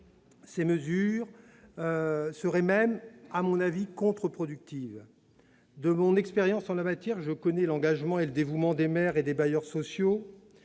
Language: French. qu'elles seraient contre-productives. Grâce à mon expérience en la matière, je connais l'engagement et le dévouement des maires et des bailleurs sociaux.